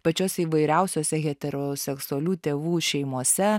pačiose įvairiausiose heteroseksualių tėvų šeimose